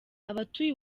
abatuye